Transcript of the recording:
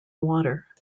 water